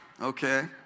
okay